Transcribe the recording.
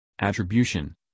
Attribution